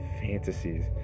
fantasies